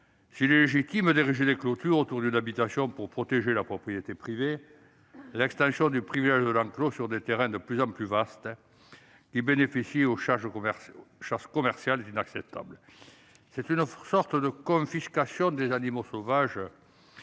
S'il est légitime d'ériger des clôtures autour d'une habitation pour protéger la propriété privée, l'extension du « privilège de l'enclos » sur des terrains de plus en plus vastes, qui bénéficie aux chasses commerciales, est inacceptable. Il s'agit d'une forme de confiscation des animaux sauvages,